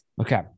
Okay